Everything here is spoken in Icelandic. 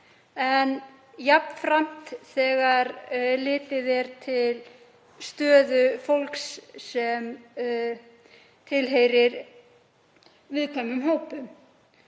né heldur þegar litið er til stöðu fólks sem tilheyrir viðkvæmum hópum.